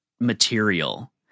material